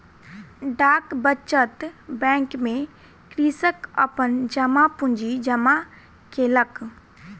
डाक बचत बैंक में कृषक अपन जमा पूंजी जमा केलक